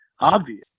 obvious